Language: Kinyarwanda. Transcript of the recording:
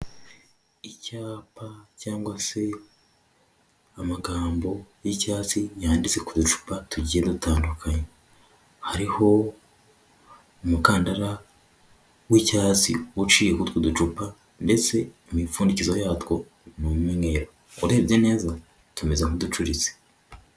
Icyapa cyangwa se amagambo y'icyatsi yanditse ku ducupa tugiye dutandukanye, hariho umukandara w'icyatsi uciye muri utwo ducupa, ndetse imipfundikizo yatwo ni umweru urebye neza tumeze nk'uducuritse.